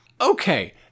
okay